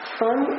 fun